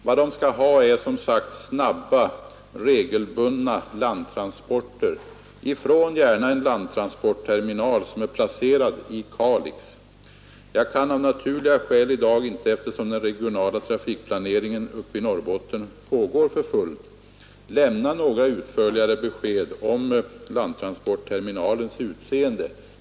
Vad de skall ha är som sagt snabba, regelbundna landtransporter, gärna från en landtransportterminal som är placerad i Kalix. Eftersom den regionala trafikplaneringen pågår för fullt uppe i Norrbotten kan jag inte i dag lämna några utförligare besked om landtransportterminalens utseende.